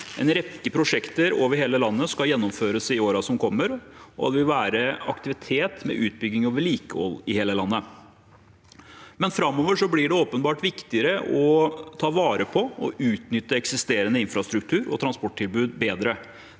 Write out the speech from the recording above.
En rekke prosjekter over hele landet skal gjennomføres i årene som kommer, og det vil være aktivitet med utbygging og vedlikehold i hele landet. Men framover blir det åpenbart viktigere å ta vare på og utnytte eksisterende infrastruktur og transporttilbud bedre.